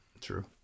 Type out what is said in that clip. True